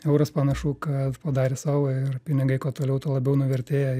eurais panašu kad padarė savo ir pinigai kuo toliau tuo labiau nuvertėja